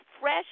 fresh